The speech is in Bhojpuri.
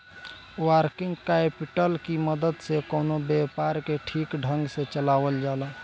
वर्किंग कैपिटल की मदद से कवनो व्यापार के ठीक ढंग से चलावल जाला